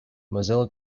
mozilla